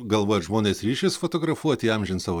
galvojat žmonės ryšis fotografuot įamžint savo